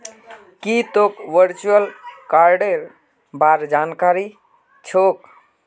की तोक वर्चुअल कार्डेर बार जानकारी छोक